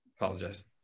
Apologize